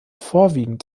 vorwiegend